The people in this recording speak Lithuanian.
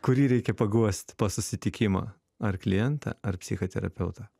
kurį reikia paguost po susitikimo ar klientą ar psichoterapeutą